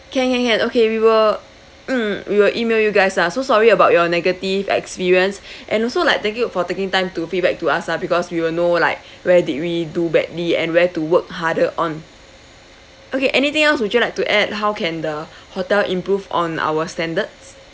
can can can okay we will mm we will email you guys lah so sorry about your negative experience and also like thank you for taking time to feedback to us lah because we will know like where did we do badly and where to work harder on okay anything else would you like to add how can the hotel improve on our standards